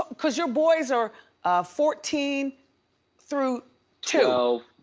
cause your boys are fourteen through two.